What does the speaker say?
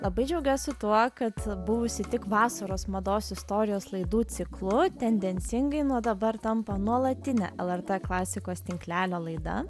labai džiaugiuosi tuo kad buvusi tik vasaros mados istorijos laidų ciklu tendencingai nuo dabar tampa nuolatine lrt klasikos tinklelio laida